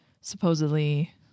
supposedly